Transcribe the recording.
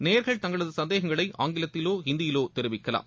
நேயர்கள் தங்களது சந்தேனங்களை ஆங்கிலத்திலோ ஹிந்தியிலோ தெரிவிக்கலாம்